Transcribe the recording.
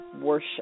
worship